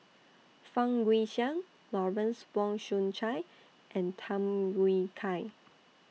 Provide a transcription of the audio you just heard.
Fang Guixiang Lawrence Wong Shyun Tsai and Tham Yui Kai